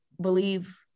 believe